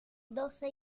doce